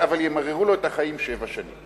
אבל ימררו לו את החיים שבע שנים.